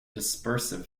dispersive